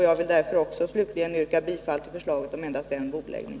Jag vill slutligen yrka bifall till förslaget om endast en bordläggning.